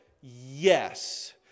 yes